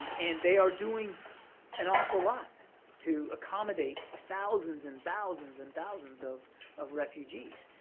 and they are doing an awful lot to accommodate thousands and thousands and thousands of of refugees.